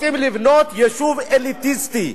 רוצים לבנות יישוב אליטיסטי,